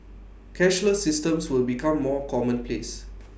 cashless systems will become more commonplace